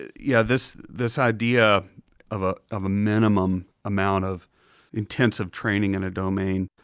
yeah, this this idea of ah of a minimum amount of intensive training in a domain.